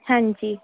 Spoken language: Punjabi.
ਹਾਂਜੀ